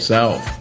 South